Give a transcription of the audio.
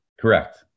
Correct